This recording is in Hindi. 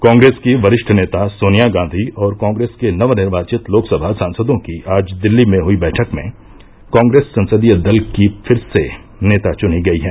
कांग्रेस की वरिष्ठ नेता सोनिया गांधी और कांग्रेस के नवनिर्वाचित लोकसभा सांसदों की आज दिल्ली में हई बैठक में कांग्रेस संसदीय दल की फिर से नेता चुनी गयी हैं